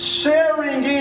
sharing